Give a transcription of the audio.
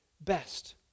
best